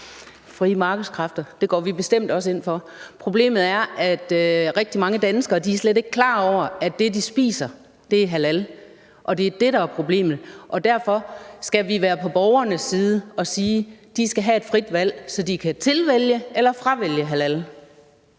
Frie markedskræfter – det går vi bestemt også ind for. Problemet er, at rigtig mange danskere slet ikke er klar over, at det, de spiser, er halal, og det er det, der er problemet. Derfor skal vi være på borgernes side og sige, at de skal have et frit valg, så de kan tilvælge eller fravælge halal.